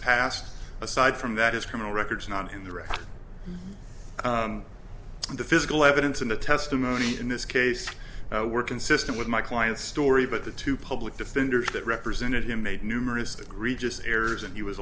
past aside from that his criminal records are not in the record and the physical evidence and the testimony in this case were consistent with my client's story but the two public defenders that represented him made numerous agree just errors and he was